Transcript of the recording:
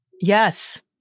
Yes